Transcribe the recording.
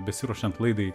besiruošiant laidai